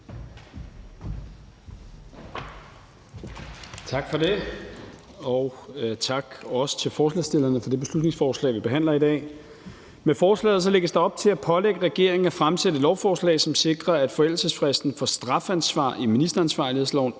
Tak for det, og også tak til forslagsstillerne for det beslutningsforslag, vi behandler i dag. Med forslaget lægges der op til at pålægge regeringen at fremsætte et lovforslag, som sikrer, at forældelsesfristen for strafansvar i ministeransvarlighedsloven